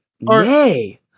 Nay